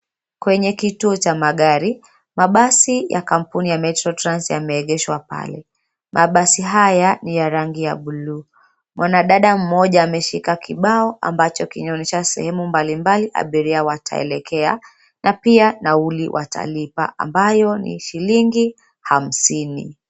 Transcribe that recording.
Kwenye kituo cha magari, magari ya kampuni ya metro trans yameengeshwa pale. Mabasi haya ni ya rangi ya bluu. Mwanadada mmoja ameshika kibao ambacho kinaoonyesha sehemu mbalimbali abiria wataelekea na pia nauli watalipa ambayo ni shilingi hamsini.